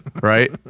right